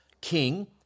king